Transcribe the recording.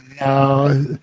No